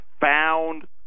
found